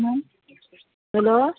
हूँ हेलो